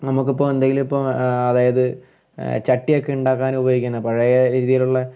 നമുക്കിപ്പോൾ എന്തെങ്കിലും ഇപ്പോൾ അതായത് ചട്ടിയൊക്കെ ഉണ്ടാക്കാനുപയോഗിക്കുന്ന പഴയ രീതിയിലുള്ള